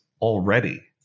already